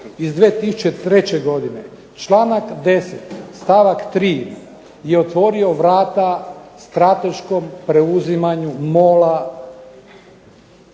iz 2003. godine čl. 10. stavak 3. je otvorio vrata strateškom preuzimanju MOL-a